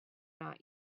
not